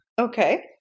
Okay